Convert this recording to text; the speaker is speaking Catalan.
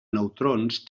neutrons